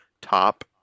top